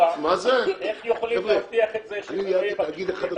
איך יכולים להבטיח את זה --- אני